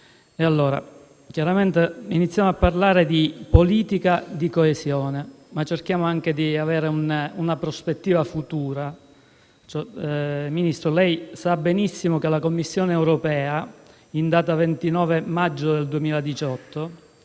iniziamo a parlare di politica di coesione, ma cerchiamo anche di avere una prospettiva futura. Signor Ministro, lei sa benissimo che la Commissione europea, in data 29 maggio 2018,